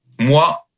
Moi